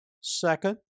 Second